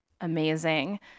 Amazing